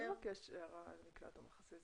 מי מבקש הערה על מקלט או מחסה?